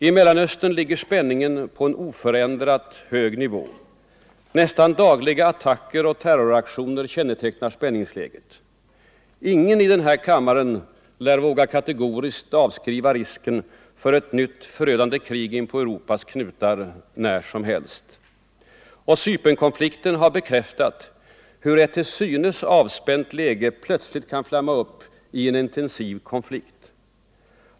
I Mellanöstern ligger spänningen på en oförändrat hög nivå. Nästan dagliga attacker och terroraktioner kännetecknar spänningsläget. Ingen av kammarens ledamöter lär våga kategoriskt avskriva risken för ett nytt förödande krig inpå Europas knutar när som helst. Cypernkonflikten har bekräftat hur ett till synes avspänt läge plötsligt kan flamma upp i en intensiv konflikt.